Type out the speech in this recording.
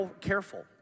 careful